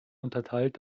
unterteilt